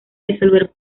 disolver